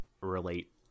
relate